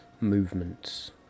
movements